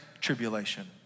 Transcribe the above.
Tribulation